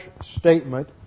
statement